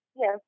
Yes